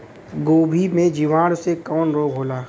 गोभी में जीवाणु से कवन रोग होला?